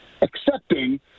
accepting